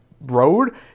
road